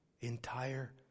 entire